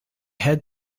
head